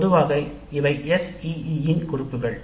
பொதுவாக இவை SEE இன் கூறுகள்